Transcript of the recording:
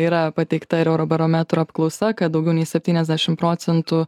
yra pateikta ir eurobarometro apklausa kad daugiau nei septyniasdešim procentų